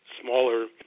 smaller